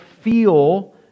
feel